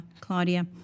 Claudia